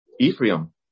Ephraim